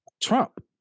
Trump